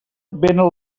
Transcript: vénen